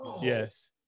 Yes